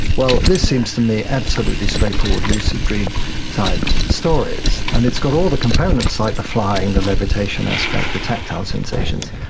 well, this seems to me absolutely straightforward lucid dream type stories, and it's got all the components, like the flying, the levitation aspect, the tactile sensations,